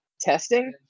testing